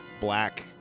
black